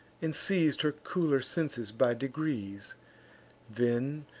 and seiz'd her cooler senses by degrees then,